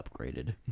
upgraded